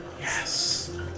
Yes